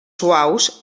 suaus